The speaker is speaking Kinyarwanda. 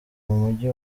mujyi